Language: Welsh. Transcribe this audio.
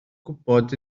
gwybod